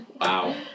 Wow